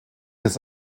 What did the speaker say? des